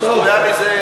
סוס טרויאני זה,